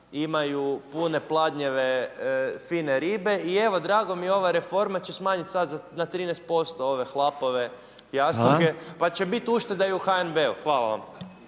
imaju pune pladnjeve fine ribe. I evo, drago mi je, ova reforma će smanjiti sada na 13% ove hlapove, jastuke pa će biti ušteda i u HNB-u. Hvala vam.